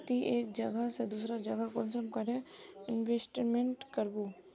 ती एक जगह से दूसरा जगह कुंसम करे इन्वेस्टमेंट करबो?